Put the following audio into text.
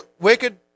wicked